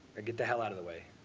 or get the hell out of the way.